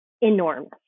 enormous